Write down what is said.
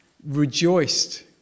rejoiced